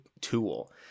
tool